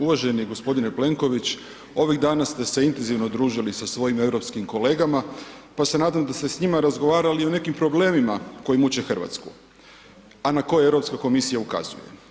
Uvaženi g. Plenković, ovih dana ste se intenzivno družili sa svojim europskim kolegama pa se nadam da ste s njima razgovarali i o nekim problemima koji muče Hrvatsku a na koje Europska komisija ukazuje.